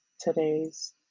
today's